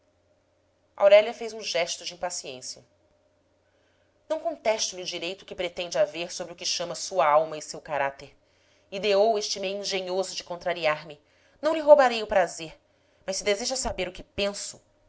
aurélia fez um gesto de impaciência não contesto lhe o direito que pretende haver sobre o que chama sua alma e seu caráter ideou este meio engenhoso de contrariar me não lhe roubarei o prazer mas se deseja saber o que penso